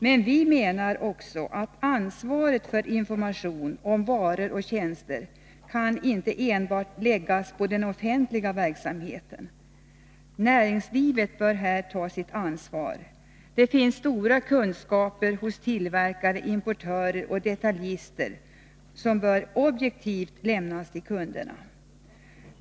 Men vi menar också att ansvaret för information om varor och tjänster inte enbart kan läggas på den offentliga verksamheten. Näringslivet bör här ta sitt ansvar. Det finns stora kunskaper hos tillverkare, importörer och detaljister som bör objektivt lämnas till kunderna.